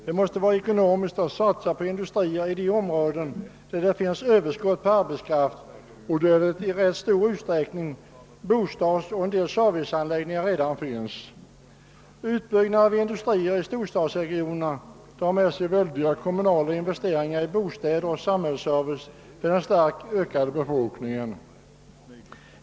Det måste vara ekonomiskt att satsa på industrier i de områden där det finns överskott på arbetskraft och där det i ganska stor utsträckning finns bostäder och en del serviceanläggningar. Utbyggnad av industrier i storstadsregionerna drar med sig stora kommunala investeringar i bostäder och samhällsservice för den starkt ökade befolkningen.